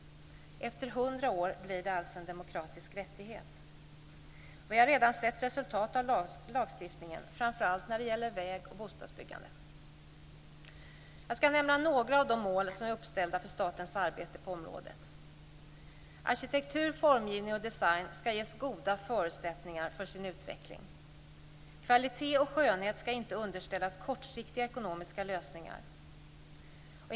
Efter 100 år blir det alltså en demokratisk rättighet. Vi har redan sett resultat av lagstiftningen, framför allt när det gäller väg och bostadbyggandet. Jag ska nämna några av de mål som är uppställda för statens arbete på området. · Arkitektur, formgivning och design ska ges goda förutsättningar för sin utveckling. · Kvalitet och skönhet ska inte underställas kortsiktiga ekonomiska lösningar.